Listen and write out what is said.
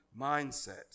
mindset